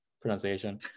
pronunciation